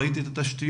ראיתי את התשתיות,